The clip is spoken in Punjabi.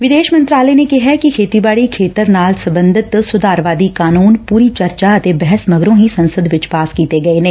ਵਿਦੇਸ਼ ਮੰਤਰਾਲੇ ਨੇ ਕਿਹੈ ਕਿ ਖੇਤੀਬਾਡੀ ਖੇਤਰ ਨਾਲ ਸਬੰਧਤ ਸੁਧਾਰਵਾਦੀ ਕਾਨੂੰਨ ਪੂਰੀ ਚਰਚਾ ਅਤੇ ਬਹਿਸ ਮਗਰੋ ਹੀ ਸੰਸਦ ਵਿਚ ਪਾਸ ਕੀਤੇ ਗਏ ਨੇ